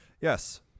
Yes